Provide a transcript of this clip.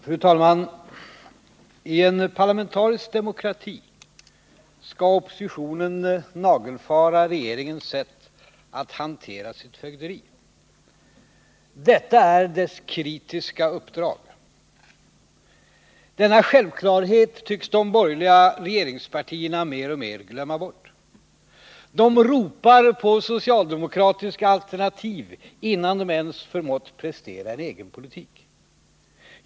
Fru talman! I en parlamentarisk demokrati skall oppositionen nagelfara regeringens sätt att hantera sitt fögderi. Detta är oppositionens kritiska uppdrag. Denna självklarhet tycks de borgerliga regeringspartierna mer och mer glömma bort. De ropar efter socialdemokratiska alternativ, innan de ens förmått prestera en egen politik.